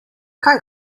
kaj